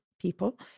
people